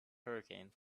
hurricanes